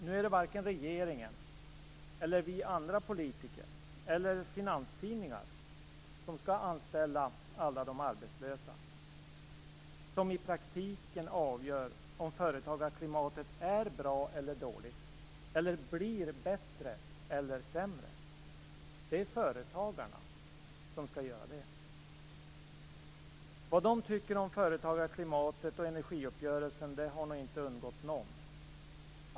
Det är varken regeringen, vi andra politiker eller finanstidningar som skall anställa alla de arbetslösa eller som i praktiken avgör om företagarklimatet är bra eller dåligt, blir bättre eller sämre. Det är företagarna som skall göra det. Vad de tycker om företagarklimatet och energiuppgörelsen har nog inte undgått någon.